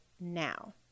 now